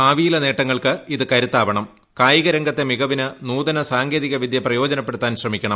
ഭാവിയിലെ നേട്ടങ്ങൾക്ക് ഇത് കരുത്താവണം കായിക രംഗത്തെ മികവിന് നൂതന സാങ്കേതിക വിദ്യ പ്രയോജനപ്പെടുത്താൻ ശ്രമിക്കണം